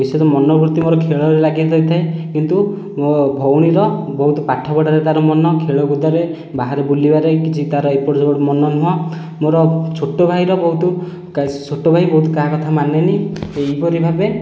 ବିଶେଷ ମନବୃତ୍ତି ମୋର ଖେଳରେ ଲାଗିଯାଇଥାଏ କିନ୍ତୁ ମୋ ଭଉଣୀର ବହୁତ ପାଠପଢ଼ାରେ ତାର ମନ ଖେଳକୁଦରେ ବାହାରେ ବୁଲିବାରେ କିଛି ତାର ଏପଟ ସେପଟ ମନ ନୁହେଁ ମୋର ଛୋଟ ଭାଇର ବହୁତ ଛୋଟ ଭାଇ ବହୁତ କାହା କଥା ମାନେନି ଏହିପରି ଭାବେ